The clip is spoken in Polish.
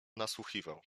nasłuchiwał